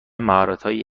مهارتهایی